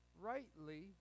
rightly